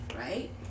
right